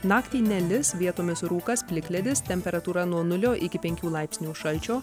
naktį nelis vietomis rūkas plikledis temperatūra nuo nulio iki penkių laipsnių šalčio